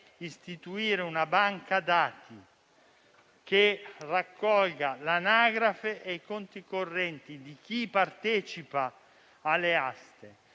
istituire una banca dati per raccogliere l'anagrafe e i conti correnti di chi partecipa alle aste,